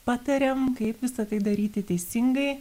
patariam kaip visa tai daryti teisingai